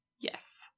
Yes